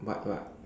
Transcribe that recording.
what what